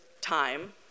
time